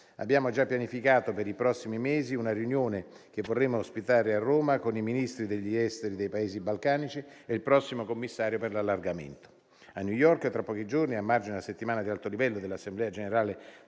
Abbiamo già pianificato per i prossimi mesi una riunione che vorremmo ospitare a Roma con i Ministri degli esteri dei Paesi balcanici e il prossimo commissario per l'allargamento. A New York tra pochi giorni, a margine di una settimana di alto livello dell'Assemblea generale